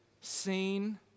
Seen